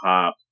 Pop